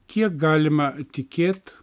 kiek galima tikėt